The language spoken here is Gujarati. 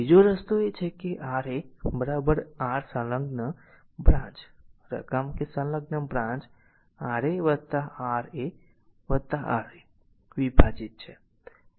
બીજો રસ્તો છે Ra આ R સંલગ્ન બ્રાંચ આ રકમ કે સંલગ્ન branch R a a R a a R a વિભાજિત a છે